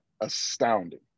astounding